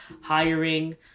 hiring